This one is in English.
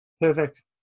Perfect